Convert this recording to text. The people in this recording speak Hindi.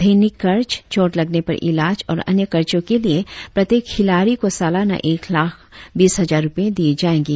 दैनिक खर्च चोट लगने पर इलाज और अन्य खर्चों के लिए प्रत्येक खिलाड़ी को सलाना एक लाख़ बीस हजार रुपये दिये जाएंगे